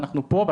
ואנחנו פה,